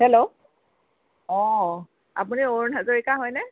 hello অঁ আপুনি অৰুণ হাজৰিকা হয়নে